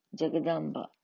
Jagadamba